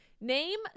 Name